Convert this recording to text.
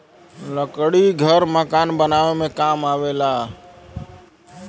लकड़ी घर मकान बनावे में काम आवेला